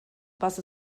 was